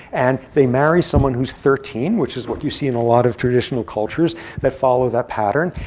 and they marry someone who's thirteen, which is what you see in a lot of traditional cultures that follow that pattern.